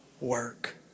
work